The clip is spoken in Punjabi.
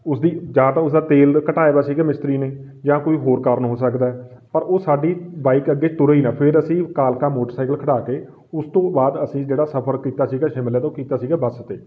ਉਸਦੀ ਜਾਂ ਤਾਂ ਉਸਦਾ ਤੇਲ ਘਟਾਇਆ ਵਾ ਸੀਗਾ ਮਿਸਤਰੀ ਨੇ ਜਾਂ ਕੋਈ ਹੋਰ ਕਾਰਨ ਹੋ ਸਕਦਾ ਪਰ ਉਹ ਸਾਡੀ ਬਾਈਕ ਅੱਗੇ ਤੁਰੇ ਹੀ ਨਾ ਫਿਰ ਅਸੀਂ ਕਾਲਕਾ ਮੋਟਰਸਾਈਕਲ ਖੜ੍ਹਾ ਕੇ ਉਸ ਤੋਂ ਬਾਅਦ ਅਸੀਂ ਜਿਹੜਾ ਸਫ਼ਰ ਕੀਤਾ ਸੀਗਾ ਸ਼ਿਮਲੇ ਤੋਂ ਕੀਤਾ ਸੀਗਾ ਬੱਸ 'ਤੇ